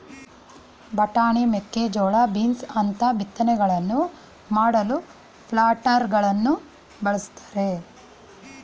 ಬಟಾಣಿ, ಮೇಕೆಜೋಳ, ಬೀನ್ಸ್ ಅಂತ ಬಿತ್ತನೆಗಳನ್ನು ಮಾಡಲು ಪ್ಲಾಂಟರಗಳನ್ನು ಬಳ್ಸತ್ತರೆ